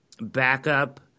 backup